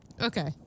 Okay